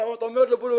שם אתה אומר לו אלוהים,